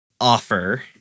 offer